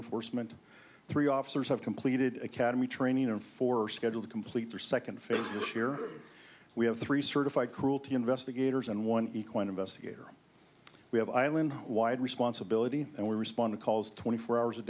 humana force meant three officers have completed academy training and four schedule to complete their second phase this year we have three certified cruelty investigators and one equine investigator we have island wide responsibility and we respond to calls twenty four hours a